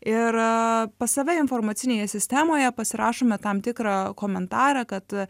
ir pas save informacinėje sistemoje pasirašome tam tikrą komentarą kad